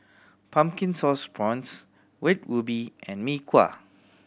Pumpkin Sauce Prawns Red Ruby and Mee Kuah